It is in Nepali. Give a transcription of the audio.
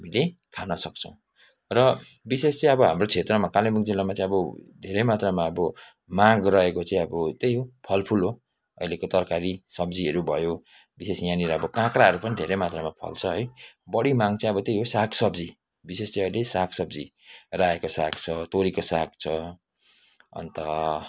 हामीले खान सक्छौँ र विशेष चाहिँ अब हाम्रो क्षेत्रमा कालिम्पोङ जिल्लामा चाहिँ अब धेरै मात्रामा अब माग रहेको चाहिँ अब त्यही हो फलफुल हो अहिलेको तरकारी सब्जीहरू भयो विशेष यहाँनिर अब काँक्राहरू पनि धेरै मात्रामा फल्छ है बढी माग चाहिँ अब त्यही हो साग सब्जी विशेष चाहिँ अहिले साग सब्जी रायोको साग छ तोरीको साग छ अन्त